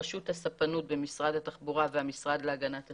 רשות הספנות במשרד התחבורה והמשרד להגנת הסביבה.